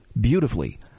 beautifully